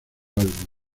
álbum